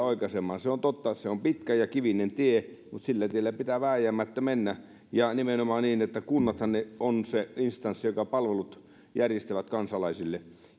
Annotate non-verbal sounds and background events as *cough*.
*unintelligible* oikaisemaan se on totta että se on pitkä ja kivinen tie mutta sillä tiellä pitää vääjäämättä mennä ja on nimenomaan niin että kunnathan ovat se instanssi joka palvelut järjestää kansalaisille